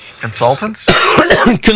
Consultants